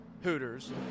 Hooters